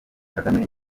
kagame